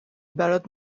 برات